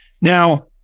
Now